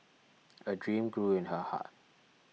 a dream grew in her heart